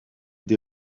des